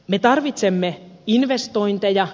me tarvitsemme investointeja